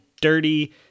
dirty